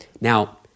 Now